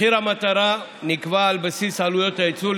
מחיר המטרה נקבע על בסיס עלויות הייצור,